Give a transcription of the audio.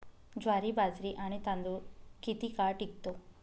ज्वारी, बाजरी आणि तांदूळ किती काळ टिकतो?